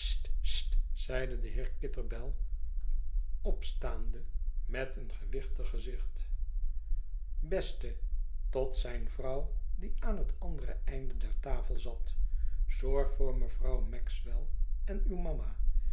dat het er niet met een gewichtig gezicht beste tot zijn vrouw die aan het andere einde der tafel zat zorg voor mevrouw maxwell en uw mama